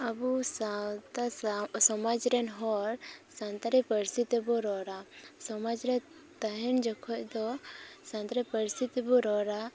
ᱟᱵᱚ ᱥᱟᱶᱛᱟ ᱥᱚᱢᱟᱡᱽ ᱨᱮᱱ ᱦᱚᱲ ᱥᱟᱱᱛᱟᱲᱤ ᱯᱟᱹᱨᱥᱤ ᱛᱮᱵᱚ ᱨᱚᱲᱟ ᱥᱚᱢᱟᱡᱽ ᱨᱮ ᱛᱟᱦᱮᱱ ᱡᱚᱠᱷᱚᱱ ᱫᱚ ᱥᱟᱱᱛᱟᱲᱤ ᱯᱟᱹᱨᱥᱤ ᱛᱮᱵᱚ ᱨᱚᱲᱟ